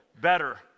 better